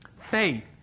faith